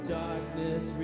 darkness